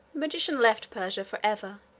magician left persia for ever,